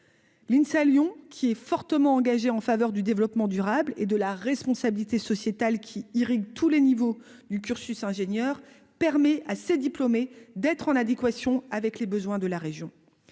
l'INSA Lyon qui est fortement engagé en faveur du développement durable et de la responsabilité sociétale qui irrigue tous les niveaux du cursus ingénieur permet à ces diplômés d'être en adéquation avec les besoins de la région,